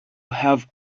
have